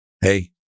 hey